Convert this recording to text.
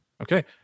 Okay